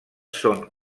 són